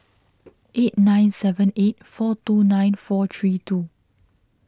eight nine seven eight four two nine four three two